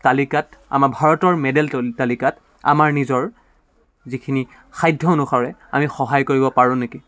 তালিকাত আমাৰ ভাৰতৰ মেডেল তালিকাত আমাৰ নিজৰ যিখিনি সাধ্য অনুসাৰে আমি সহায় কৰিব পাৰোঁ নেকি